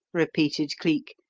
repeated cleek.